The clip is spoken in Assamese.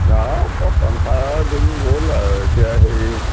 অঁ পচন সাৰ দিন গ'ল আৰু এতিয়া সেই